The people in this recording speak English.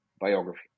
biography